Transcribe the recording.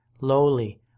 lowly